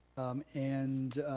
and